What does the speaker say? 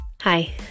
Hi